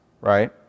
right